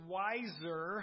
wiser